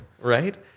Right